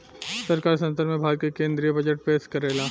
सरकार संसद में भारत के केद्रीय बजट पेस करेला